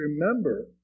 Remember